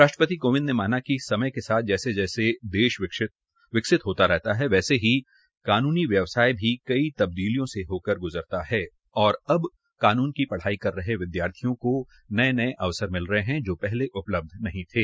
राष्ट्रपति कोविंद ने माना कि समय के साथ जैसे जैसे देश विकसित होता रहा है वैसे ही कानून व्यवस्था भी कई तब्दीलीयों से होकर गुजरता है और अब कानून की पढाई कर रहे विद्यार्थियों को नये नये अवसर मिल रहे हैं जो पहले उपलब्ध नहीं थे